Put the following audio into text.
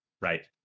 right